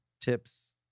tips